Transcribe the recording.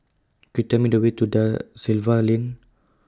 Could YOU Tell Me The Way to DA Silva Lane